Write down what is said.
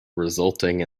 resulting